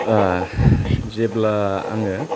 ओ जेब्ला आङो